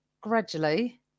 gradually